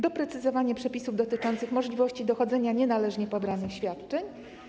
Doprecyzowanie przepisów dotyczących możliwości dochodzenia nienależnie pobranych świadczeń.